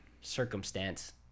circumstance